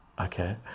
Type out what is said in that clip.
Okay